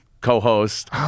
co-host